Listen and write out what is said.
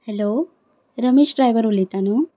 hello Ramesh driver उलयता न्हय